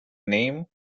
name